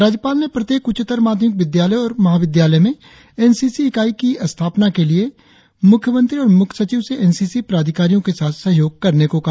राज्यपाल ने प्रत्येक उच्चतर माध्यमिक विद्यालय और महाविद्यालय में एन सी सी इकाई के स्थापना के लिए मुख्यमंत्री और मुख्य सचिव से एन सी सी प्राधिकारियों के साथ सहयोग करने को कहा